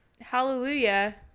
hallelujah